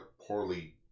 poorly